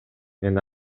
мен